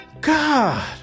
God